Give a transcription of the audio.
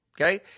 Okay